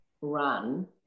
run